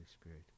Spirit